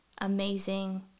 amazing